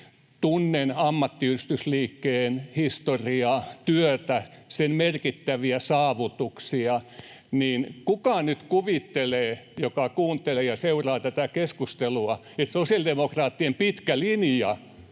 tunnen ammattiyhdistysliikkeen historiaa ja työtä ja sen merkittäviä saavutuksia, niin kuka nyt kuvittelee, joka kuuntelee ja seuraa tätä keskustelua, että sosiaalidemokraattien pitkä linja